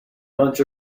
bunch